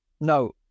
No